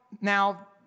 now